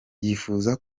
yifuza